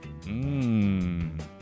Mmm